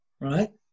right